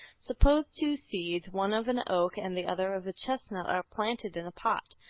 suppose two seeds, one of an oak and the other of a chestnut, are planted in a pot.